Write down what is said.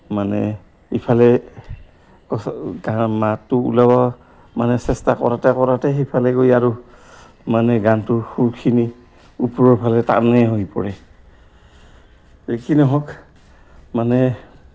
মানে ইফালে মাতটো ওলাবা মানে চেষ্টা কৰাতে কৰাতে সিফালে গৈ আৰু মানে গানটো সুৰখিনি ওপৰৰ ফালে টানেই হৈ পৰে যিকিনহওক মানে